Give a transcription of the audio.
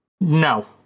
no